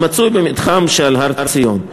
המצוי במתחם שעל הר-ציון.